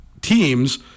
teams